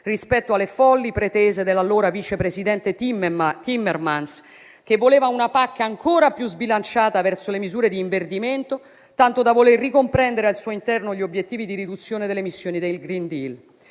rispetto alle folli pretese dell'allora vice presidente Timmermans, che voleva una PAC ancora più sbilanciata verso le misure di inverdimento, tanto da voler ricomprendere al suo interno gli obiettivi di riduzione delle emissioni del *green deal*.